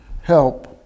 help